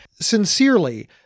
Sincerely